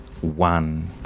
one